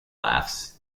laughs